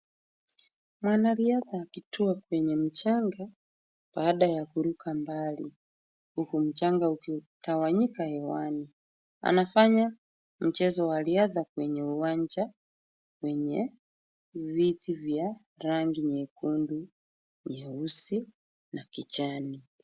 Mwanariadha akitua kwenye mchanga baada ya kuruka mbali huku mchanga ukitawanyika hewani. Anafanya mchezo wa riadha kwenye uwanja wenye viti vya rangi nyekundu, nyeusi na kijani.